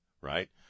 right